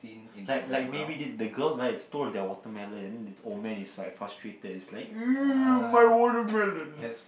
like like maybe did the girl right stole their watermelon this old man is like frustrated is like my watermelon